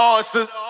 answers